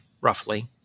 roughly